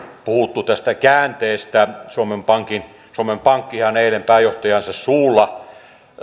puhuttu tästä käänteestä suomen pankkihan eilen pääjohtajansa suulla